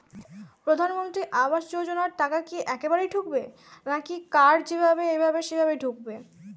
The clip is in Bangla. প্রধানমন্ত্রী আবাস যোজনার টাকা কি একবারে ঢুকবে নাকি কার যেভাবে এভাবে সেভাবে ঢুকবে?